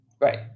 Right